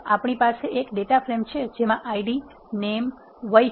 આપણી પાસે એક ડેટા ફ્રેમ છે જેમાં Idનેમ અને વય છે